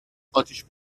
اتیش